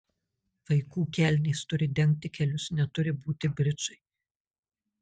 vaikų kelnės turi dengti kelius neturi būti bridžai